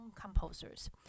composers